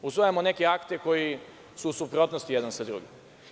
Usvajamo neke akte koji su u suprotnosti jedan sa drugim.